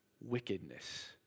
wickedness